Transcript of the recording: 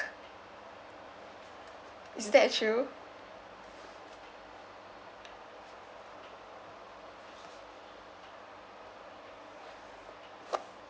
is that true